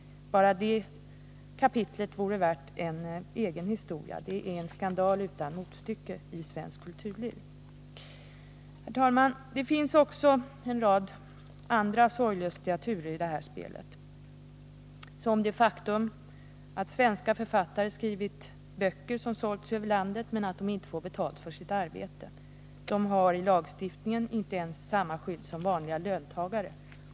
Bara det vore värt en egen historia. Det är en skandal utan motstycke i svenskt kulturliv. Herr talman! Det finns också en rad andra sorglustiga turer i detta spel. Det gäller t.ex. det faktum att svenska författare skrivit böcker som sålts över landet men att de inte får betalt för sitt arbete. De har i lagstiftningen inte ens samma skydd som vanliga löntagare.